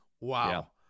Wow